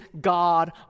God